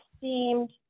seemed